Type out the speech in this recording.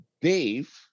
Dave